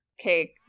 Okay